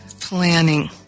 planning